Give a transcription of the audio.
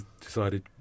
decided